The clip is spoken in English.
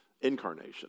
incarnation